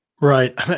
Right